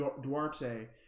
Duarte